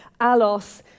alos